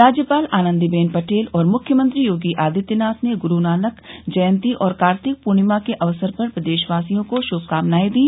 राज्यपाल आनंदीबेन पटेल और मुख्यमंत्री योगी आदित्यनाथ ने गुरू नानक जयन्ती और कार्तिक पूर्णिमा के अवसर पर प्रदेशवासियों को श्भकामनाए दी